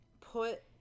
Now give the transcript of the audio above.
put